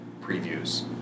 previews